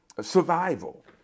Survival